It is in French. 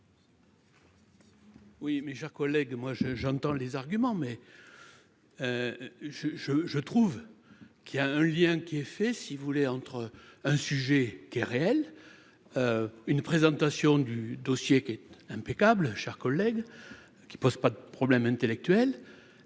Oui, mes chers collègues, moi je, j'entends les arguments mais je, je, je trouve qu'il y a un lien qui est fait, si vous voulez entre un sujet qui est réel, une présentation du dossier impeccable, chers collègues, qui pose pas de problème intellectuel